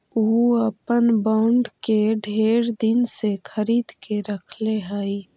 ऊ अपन बॉन्ड के ढेर दिन से खरीद के रखले हई